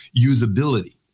usability